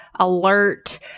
alert